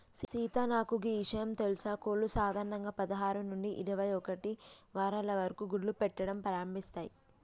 సీత నాకు గీ ఇషయం తెలుసా కోళ్లు సాధారణంగా పదహారు నుంచి ఇరవై ఒక్కటి వారాల వరకు గుడ్లు పెట్టడం ప్రారంభిస్తాయి